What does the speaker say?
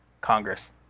Congress